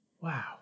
Wow